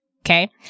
Okay